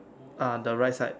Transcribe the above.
ah the right side